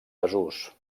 desús